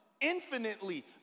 infinitely